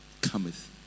cometh